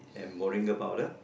and moringa powder